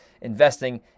investing